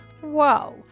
whoa